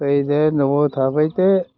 ओरैजाय न'आव थाफैदो